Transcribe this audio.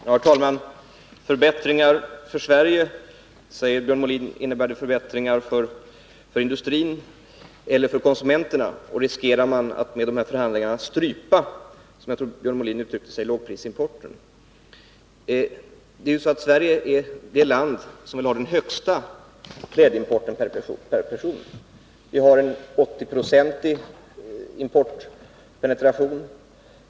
Herr talman! Innebär förbättringar för Sverige förbättringar för industrin eller för konsumenterna? frågar Björn Molin. Riskerar man att med dessa förhandlingar strypa — som jag tror att Björn Molin uttryckte det — lågprisimporten? Sverige är ju det land som har den högsta klädimporten per person. Vi har 80 9c importpenetration.